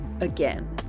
Again